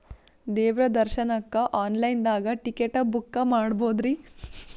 ದೇವ್ರ ದರ್ಶನಕ್ಕ online ದಾಗ ಟಿಕೆಟ ಬುಕ್ಕ ಮಾಡ್ಬೊದ್ರಿ?